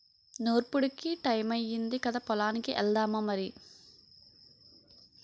నూర్పుడికి టయమయ్యింది కదా పొలానికి ఎల్దామా మరి